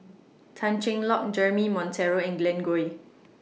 Tan Cheng Lock Jeremy Monteiro and Glen Goei